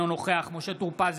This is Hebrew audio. אינו נוכח משה טור פז,